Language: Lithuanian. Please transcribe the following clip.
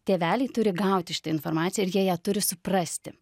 tėveliai turi gauti šitą informaciją ir jie ją turi suprasti